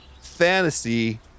Fantasy